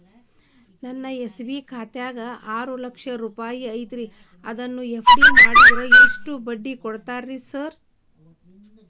ನನ್ನ ಎಸ್.ಬಿ ಖಾತ್ಯಾಗ ಆರು ಲಕ್ಷ ರೊಕ್ಕ ಐತ್ರಿ ಅದನ್ನ ಎಫ್.ಡಿ ಮಾಡಿದ್ರ ಎಷ್ಟ ಬಡ್ಡಿ ಕೊಡ್ತೇರಿ ಸರ್?